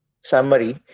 summary